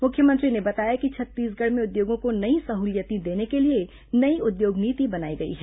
मुख्यमंत्री ने बताया कि छत्तीसगढ़ में उद्योगों को नई सहूलियतें देने के लिए नई उद्योग नीति बनाई गई है